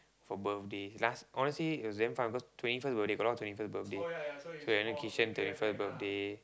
for birthday last honestly it was damn fun cause twenty first birthday got a lot of twenty first birthday so twenty first birthday